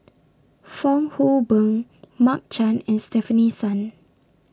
Fong Hoe Beng Mark Chan and Stefanie Sun